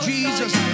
Jesus